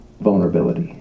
Vulnerability